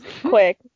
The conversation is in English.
quick